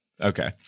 Okay